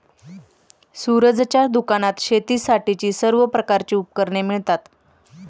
सूरजच्या दुकानात शेतीसाठीची सर्व प्रकारची उपकरणे मिळतात